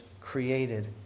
created